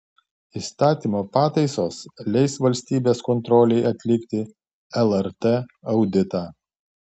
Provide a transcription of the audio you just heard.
įstatymo pataisos leis valstybės kontrolei atlikti lrt auditą